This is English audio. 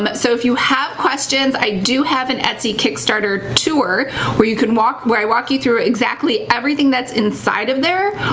um so if you have questions, i do have an etsy kickstarter tour where you can walk, where i walk you through exactly everything that's inside of there,